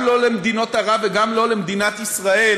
גם לא למדינות ערב וגם לא למדינת ישראל